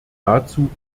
dazu